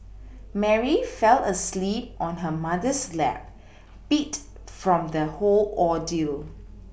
Mary fell asleep on her mother's lap beat from the whole ordeal